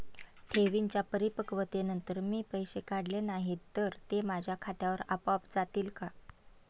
ठेवींच्या परिपक्वतेनंतर मी पैसे काढले नाही तर ते माझ्या खात्यावर आपोआप जातील का?